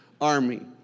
army